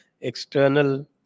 external